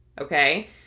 okay